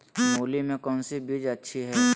मूली में कौन सी बीज अच्छी है?